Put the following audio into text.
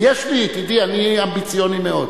ויש לי, תדעי, אני אמביציוזי מאוד,